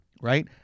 right